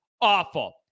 Awful